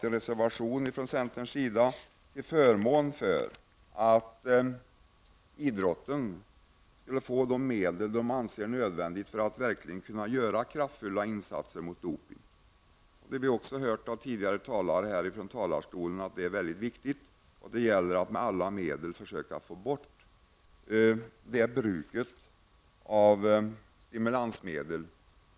I centern har vi en reservation till förmån för att idrotten skulle få de medel man anser vara nödvändiga för att kunna göra kraftfulla insatser mot dopning. Tidigare talare i den här debatten har framhållit att det är viktigt att med alla medel försöka få bort bruket av stimulerande medel.